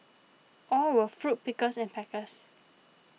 all were fruit pickers and packers